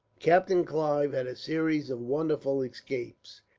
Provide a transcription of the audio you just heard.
captain clive had a series of wonderful escapes,